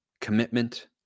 commitment